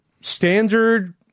standard